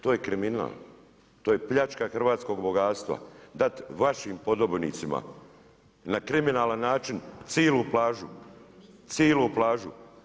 To je kriminal, to je pljačka hrvatskog bogatstva dat vašim podobnicima na kriminalan način cilu plažu, cilu plažu.